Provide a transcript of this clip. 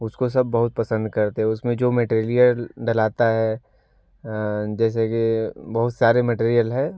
उसको सब बहुत पसंद करते हैं उसमें जो मेटेरियल डलाता है जैसे कि बहुत सारे मटेरियल हैं